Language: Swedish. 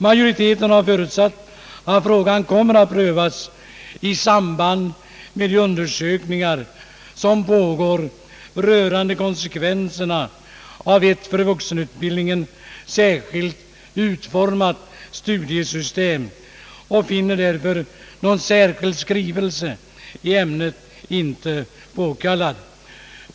Majoriteten har förutsatt att frågan kommer att prövas i samband med de undersökningar som pågår rörande konsekvenserna för ett inom vuxenutbildningen särskilt utformat studiesystem och finner därför någon särskild skrivelse i ämnet inte påkallad.